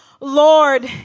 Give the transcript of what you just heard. Lord